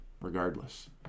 regardless